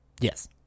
Yes